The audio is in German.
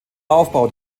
aufbau